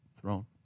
throne